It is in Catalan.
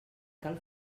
cal